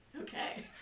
Okay